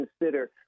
consider